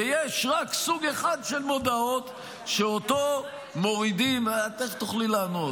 ויש רק סוג אחד של מודעות שאותו מורידים ----- תכף תוכלי לענות.